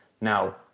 Now